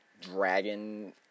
dragon